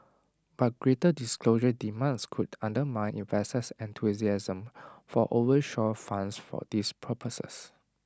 but greater disclosure demands could undermine enthusiasm for offshore funds for these purposes